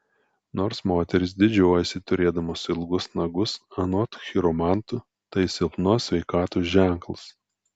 nors moterys didžiuojasi turėdamos ilgus nagus anot chiromantų tai silpnos sveikatos ženklas